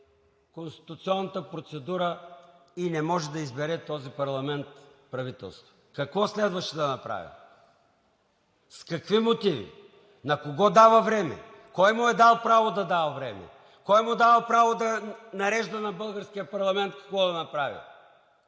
конституционната процедура и не може този парламент да избере правителство. Какво следваше да направи? С какви мотиви и на кого дава време? Кой му е дал правото да дава време? Кой му дава правото да нарежда на българския парламент какво да направи?